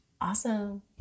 Awesome